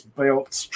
belts